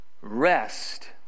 rest